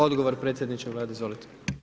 Odgovor predsjedniče Vlade, izvolite.